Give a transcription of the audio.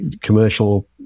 commercial